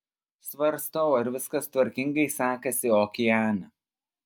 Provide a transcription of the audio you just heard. svarstau ar viskas tvarkingai sekasi okeane